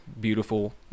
beautiful